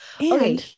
okay